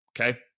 Okay